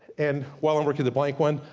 and while i'm working the blank one,